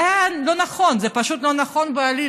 זה פשוט לא נכון בעליל.